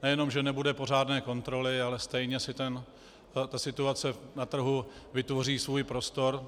Nejenom že nebude pořádné kontroly, ale stejně si ta situace na trhu vytvoří svůj prostor.